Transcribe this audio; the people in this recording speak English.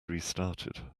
restarted